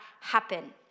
happen